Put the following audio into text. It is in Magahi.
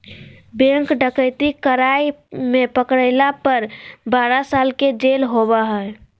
बैंक डकैती कराय में पकरायला पर बारह साल के जेल होबा हइ